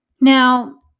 Now